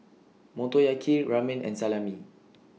Motoyaki Ramen and Salami